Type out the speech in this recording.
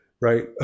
right